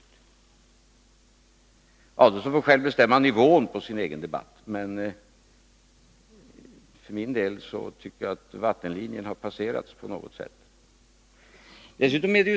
Ulf Adelsohn får själv bestämma nivån på sin egen debatt, men för min del tycker jag att vattenlinjen på något sätt har passerats. Dessutom borde